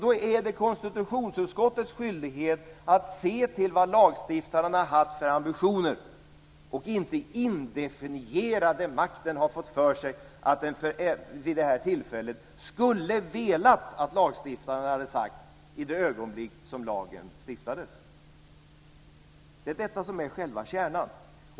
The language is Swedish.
Då är det konstitutionsutskottets skyldighet att se till vad lagstiftaren har haft för ambitioner och inte definiera det som makten vid det här tillfället har fått för sig att den skulle ha velat att lagstiftaren hade sagt i det ögonblick som lagen stiftades. Det är själva kärnan.